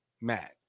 Matt